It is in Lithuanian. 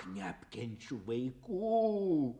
neapkenčiau vaikų